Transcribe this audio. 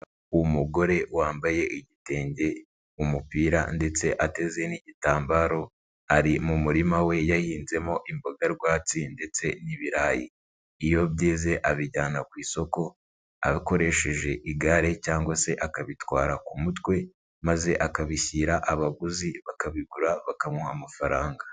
Umugore wambaye igitenge, umupira ndetse ateze n'igitambaro ari mu murima we yahinzemo imboga rwatsi ndetse n'ibirayi, iyo byeze abijyana ku isoko akoresheje igare cyangwa se akabitwara ku mutwe maze akabishyira abaguzi bakabigura bakamuha amafaranga.